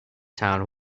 town